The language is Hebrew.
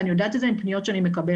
ואני יודעת את זה מפניות שאני מקבלת.